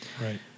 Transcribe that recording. Right